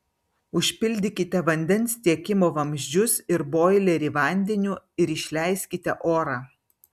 užpildykite vandens tiekimo vamzdžius ir boilerį vandeniu ir išleiskite orą